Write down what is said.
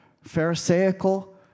pharisaical